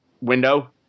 window